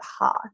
path